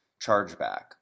chargeback